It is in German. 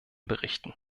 berichten